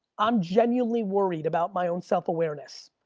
i'm genuinely worried about my own self-awareness,